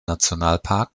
nationalpark